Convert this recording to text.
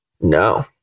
No